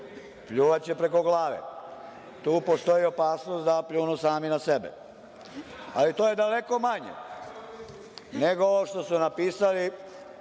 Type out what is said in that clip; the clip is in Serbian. pljuvaće preko glave. Tu postoji opasnost da pljunu sami na sebe. Ali to je daleko manje nego ovo što su napisali.